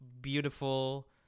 beautiful